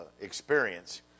experience